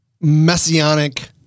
messianic